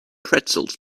pretzels